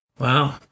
Wow